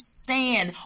stand